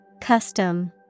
Custom